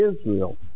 Israel